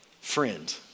friend